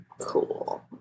cool